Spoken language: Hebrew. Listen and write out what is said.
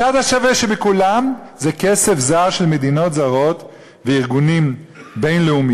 הצד השווה: בכולם זה כסף זר של מדינות זרות וארגונים בין-לאומיים,